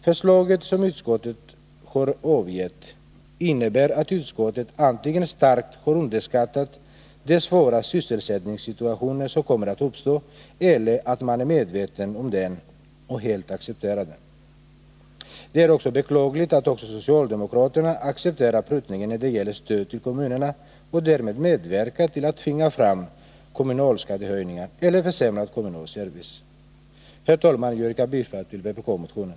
Förslaget som utskottet har avgett innebär antingen att utskottet starkt har underskattat den svåra sysselsättningssituation som kommer att uppstå eller att man är medveten om den och helt accepterar den. Det är beklagligt att också socialdemokraterna accepterar prutningen när det gäller stödet till kommunerna och därmed medverkar till att tvinga fram kommunalskattehöjningar eller försämrad kommunal service. Herr talman! Jag yrkar bifall till vpk-motionen.